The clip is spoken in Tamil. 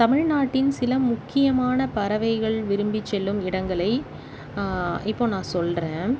தமிழ்நாட்டின் சில முக்கியமான பறவைகள் விரும்பி செல்லும் இடங்களை இப்போ நான் சொல்கிறேன்